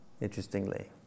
Interestingly